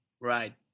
Right